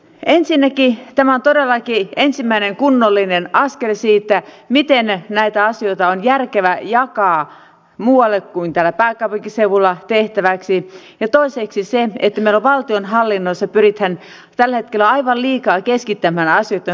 ensinnäkin tämä on todellakin ensimmäinen kunnollinen askel siinä miten näitä asioita on järkevä jakaa muualla kuin täällä pääkaupunkiseudulla tehtäväksi ja toiseksi meillä valtionhallinnossa pyritään tällä hetkellä aivan liikaa keskittämään asioitten hoitamista tänne